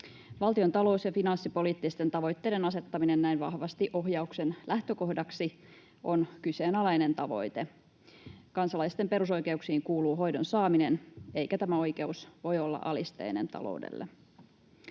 Valtiontalouden ja finanssipoliittisten tavoitteiden asettaminen näin vahvasti ohjauksen lähtökohdaksi on kyseenalainen tavoite. Kansalaisten perusoikeuksiin kuuluu hoidon saaminen, eikä tämä oikeus voi olla alisteinen taloudelle.